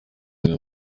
imwe